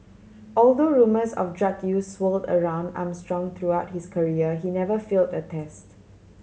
although rumours of drug use swirled around Armstrong throughout his career he never failed a test